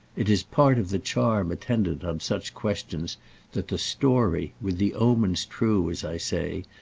it is part of the charm attendant on such questions that the story, with the omens true, as i say,